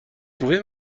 pouvez